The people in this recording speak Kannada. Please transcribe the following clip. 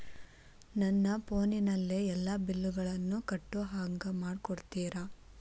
ನನ್ನ ಫೋನಿನಲ್ಲೇ ಎಲ್ಲಾ ಬಿಲ್ಲುಗಳನ್ನೂ ಕಟ್ಟೋ ಹಂಗ ಮಾಡಿಕೊಡ್ತೇರಾ?